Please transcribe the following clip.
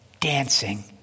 dancing